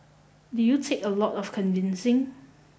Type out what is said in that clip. did you take a lot of convincing